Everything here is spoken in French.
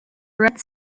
red